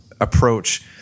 approach